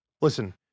Listen